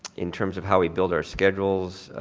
in terms of how we build our schedules,